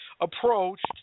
approached